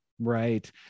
Right